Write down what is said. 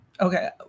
Okay